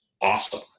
awesome